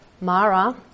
Mara